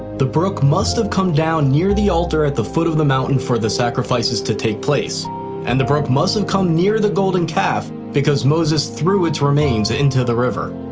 the brook must have come down near the altar at the foot of the mountain for the sacrifices to take place and the brook mustn't come near the golden calf because moses threw it's remains ah into the river.